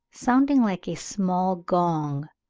sounding like a small gong.